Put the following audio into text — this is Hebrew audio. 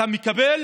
אתה מקבל